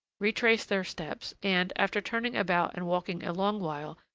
retraced their steps, and, after turning about and walking a long while,